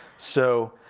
so,